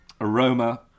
Aroma